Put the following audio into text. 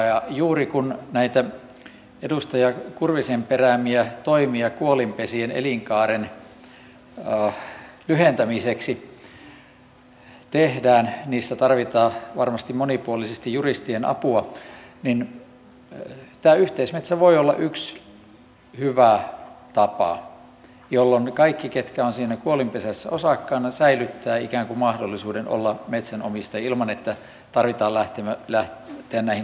ja juuri kun näitä edustaja kurvisen peräämiä toimia kuolinpesien elinkaaren lyhentämiseksi tehdään niissä tarvitaan varmasti monipuolisesti juristien apua niin tämä yhteismetsä voi olla yksi hyvä tapa jolloin ne kaikki jotka ovat siinä kuolinpesässä osakkaina säilyttävät ikään kuin mahdollisuuden olla metsänomistajia ilman että tarvitsee lähteä näihin tilojen jakamisiin